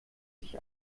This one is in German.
sich